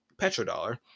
petrodollar